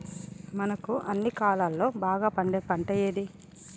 మనకు అన్ని కాలాల్లో బాగా పండే పంట ఏది?